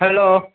hello